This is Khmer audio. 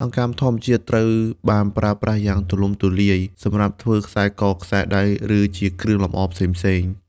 អង្កាំធម្មជាតិត្រូវបានប្រើប្រាស់យ៉ាងទូលំទូលាយសម្រាប់ធ្វើខ្សែក ខ្សែដៃ ឬជាគ្រឿងលម្អផ្សេងៗ។